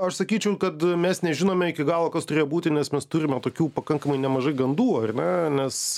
aš sakyčiau kad mes nežinome iki galo kas turėjo būti nes mes turime tokių pakankamai nemažai gandų ar ne nes